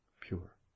pure